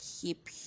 keep